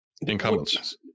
incumbents